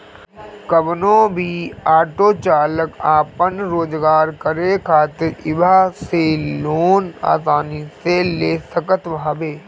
कवनो भी ऑटो चालाक आपन रोजगार करे खातिर इहवा से लोन आसानी से ले सकत हवे